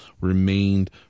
remained